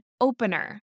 opener